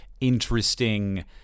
interesting